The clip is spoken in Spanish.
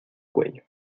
cuello